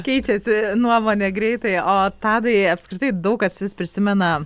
keičiasi nuomonė greitai o tadai apskritai daug kas vis prisimena